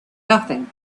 nothing